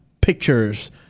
pictures